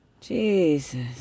Jesus